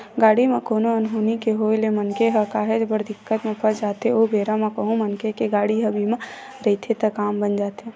गाड़ी म कोनो अनहोनी के होय ले मनखे ह काहेच बड़ दिक्कत म फस जाथे ओ बेरा म कहूँ मनखे के गाड़ी ह बीमा रहिथे त काम बन जाथे